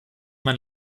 mein